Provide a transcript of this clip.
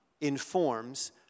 informs